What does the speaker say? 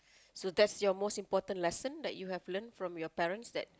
so that's your most important lesson that you have learnt from your parents that